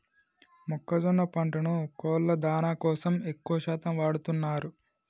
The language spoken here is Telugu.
మొక్కజొన్న పంటను కోళ్ళ దానా కోసం ఎక్కువ శాతం వాడుతున్నారు